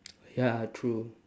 ya true